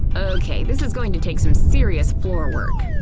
okay, this is going to take some serious floor work.